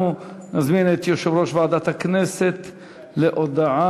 20 בעד,